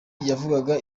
yavugaga